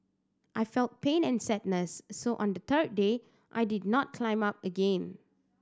I felt pain and sadness so on the third day I did not not climb up again